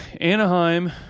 Anaheim